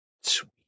Sweet